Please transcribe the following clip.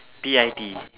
P I T E